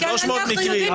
300 מקרים.